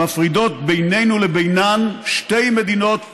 מפרידות בינינו לבינה שתי מדינות buffer,